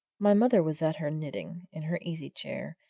my mother was at her knitting, in her easy-chair,